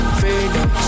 freedom